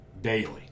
Daily